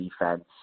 defense